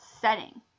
setting